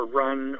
run